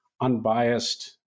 unbiased